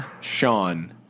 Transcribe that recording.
Sean